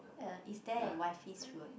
uh is there a wifey's road